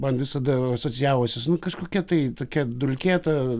man visada asocijavosi su nu kažkokia tai tokia dulkėta